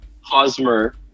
Hosmer